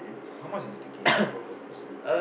how much is the ticket for per person